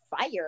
fire